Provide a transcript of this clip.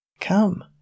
Come